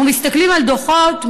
אנחנו מסתכלים על דוחות,